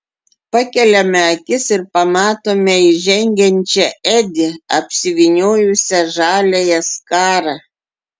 pakeliame akis ir pamatome įžengiančią edi apsivyniojusią žaliąją skarą